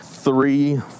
Three